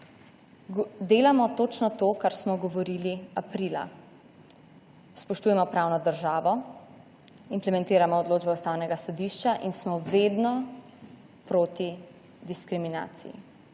Delamo točno to, kar smo govorili aprila, spoštujemo pravno državo, implementiramo odločbo Ustavnega sodišča in smo vedno proti diskriminaciji,